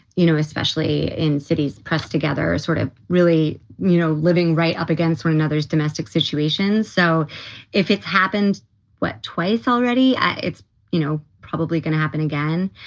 you know, especially in cities pressed together, sort of really, you know, living right up against one another's domestic situations. so if it's happened twice already, yeah it's you know probably going to happen again.